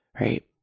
right